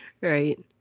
Right